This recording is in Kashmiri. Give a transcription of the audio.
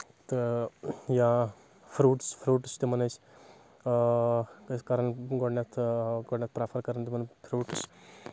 تہٕ یا فروٗٹس فروٗٹس چھِ تِمن أسۍ کران گۄڈنیٚتھ گۄڈنیٚتھ پریفر کران تِمن فروٗٹس